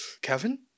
Kevin